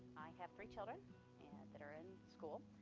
have three children that are in school,